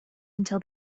until